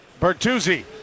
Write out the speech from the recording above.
Bertuzzi